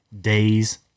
days